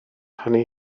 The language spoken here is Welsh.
hynny